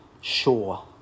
sure